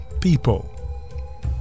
people